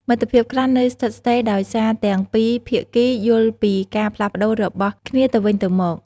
មិត្តភាពខ្លះនៅស្ថិតស្ថេរដោយសារទាំងពីរភាគីយល់ពីការផ្លាស់ប្តូររបស់គ្នាទៅវិញទៅមក។